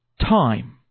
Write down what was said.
time